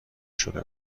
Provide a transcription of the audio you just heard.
شده